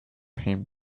him